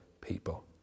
people